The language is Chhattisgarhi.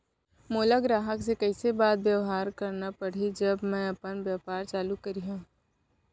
मोला ग्राहक से कइसे बात बेवहार करना पड़ही जब मैं अपन व्यापार चालू करिहा?